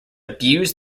abused